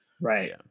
Right